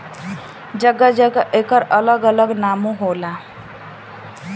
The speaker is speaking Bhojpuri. जगह जगह एकर अलग अलग नामो होला